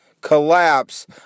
collapse